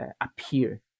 appear